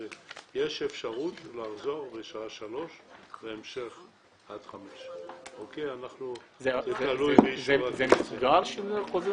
אפשרות לחזור בשעה 15:00 ולהמשיך עד שעה 17:00. עבד אל חכים חאג'